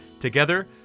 Together